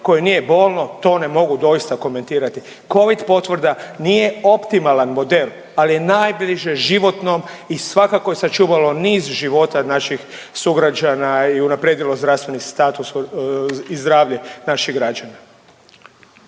koje nije bolno to ne mogu doista komentirati. Covid potvrda nije optimalan model, ali je najbliže životnom i svakako je sačuvalo niz života naših sugrađana, a i unaprijedilo zdravstveni status i zdravlje naših građana.